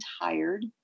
tired